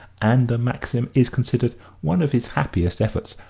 and the maxim is considered one of his happiest efforts.